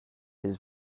his